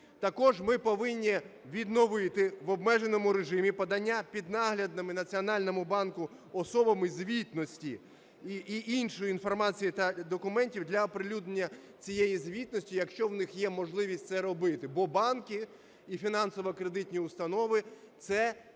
Також ми повинні відновити в обмеженому режимі подання піднаглядними Національному банку особами звітності і іншої інформації та документів для оприлюднення цієї звітності, якщо у них є можливість це робити, бо банки і фінансово-кредитні установи – це також